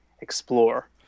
explore